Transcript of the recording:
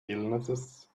illnesses